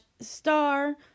star